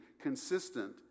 consistent